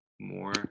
more